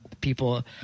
people